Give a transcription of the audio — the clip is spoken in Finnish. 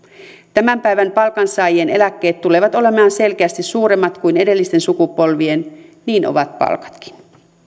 tämän päivän palkansaajien eläkkeet tulevat olemaan selkeästi suuremmat kuin edellisten sukupolvien niin ovat palkatkin